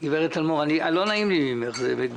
גברת טלמור, הם לא מקבלים